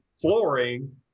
flooring